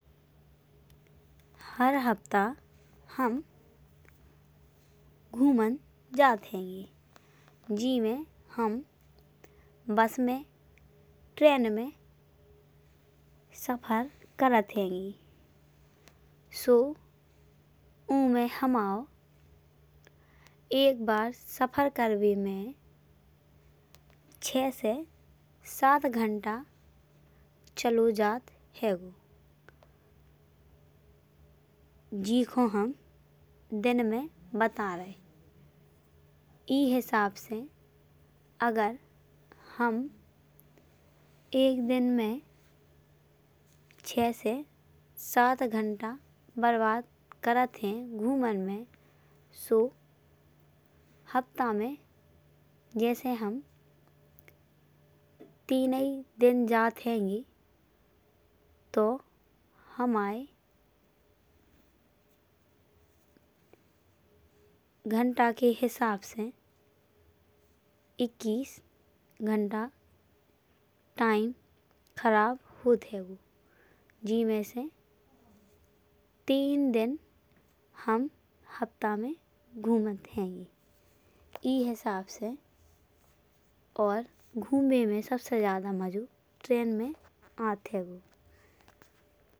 हर हफ्ता हम घूमन जात हैंगे। जीमे हम बस में ट्रेन में सफर करत हैंगे सो ओमे हमाओ। एक बार सफर करबे में छै से सात घंटा चलो जात हैंगो। जीको हम दिन में बता रहे। ई हिसाब से अगर हम एक दिन में छै से सात घंटा बर्बाद करत हैं। घूमन में सो हफ्ता में जैसे हम तीनई दिन जात हैंगे। तो हमाये घंटा के हिसाब से एक्कीस घंटा टाइम खराब होत हैंगो। जीमे से तीन दिन हम हफ्ता में घूमत हैंगे। ई हिसाब से और घूमबे में सबसे ज्यादा मजो ट्रेन में आत हैंगो।